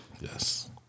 Yes